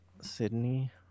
sydney